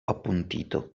appuntito